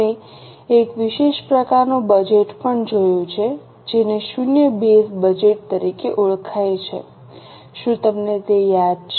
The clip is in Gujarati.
અમે એક વિશેષ પ્રકારનું બજેટ પણ જોયું છે જેને શૂન્ય બેઝ બજેટ તરીકે ઓળખાય છે શું તમને તે યાદ છે